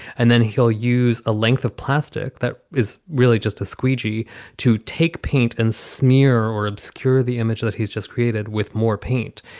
and then he'll use a length of plastic that is really just a squeegee to take paint and smear or obscure the image that he's just created with more paint.